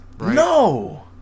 No